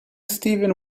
steven